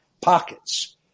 pockets